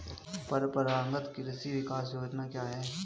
परंपरागत कृषि विकास योजना क्या है?